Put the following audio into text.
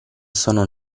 sono